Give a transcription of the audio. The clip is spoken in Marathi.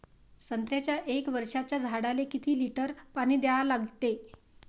संत्र्याच्या एक वर्षाच्या झाडाले किती लिटर पाणी द्या लागते?